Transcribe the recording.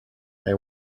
they